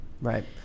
Right